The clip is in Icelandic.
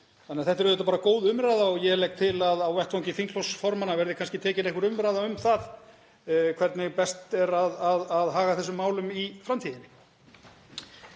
þekkjum. Þetta er auðvitað bara góð umræða og ég legg til að á vettvangi þingflokksformanna verði kannski tekin einhver umræða um það hvernig best er að haga þessum málum í framtíðinni.